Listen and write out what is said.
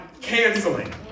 canceling